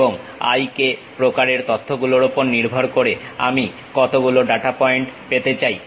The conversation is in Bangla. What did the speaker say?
এবং i k প্রকারের তথ্য গুলোর উপর নির্ভর করে আমি কতগুলো ডাটা পয়েন্ট পেতে চাই